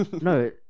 no